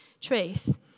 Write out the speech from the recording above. truth